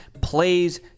plays